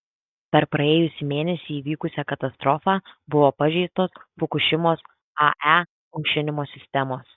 per praėjusį mėnesį įvykusią katastrofą buvo pažeistos fukušimos ae aušinimo sistemos